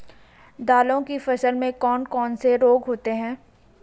दालों की फसल में कौन कौन से रोग होते हैं?